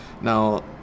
Now